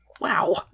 Wow